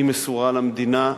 מסורה למדינה.